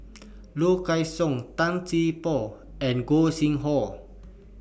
Low Kway Song Tan Poh and Gog Sing Hooi